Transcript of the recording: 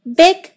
big